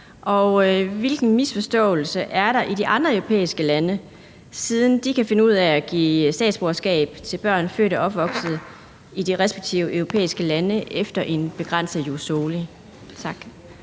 Hvilken misforståelse er der i de andre europæiske lande, siden de kan finde ud af at give statsborgerskab til børn født og opvokset i de respektive europæiske lande efter en begrænset jus soli?